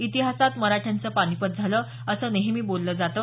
इतिहासात मराठ्यांचं पानिपत झालं असं नेहमी बोललं जातं